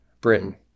Britain